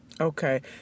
Okay